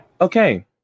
Okay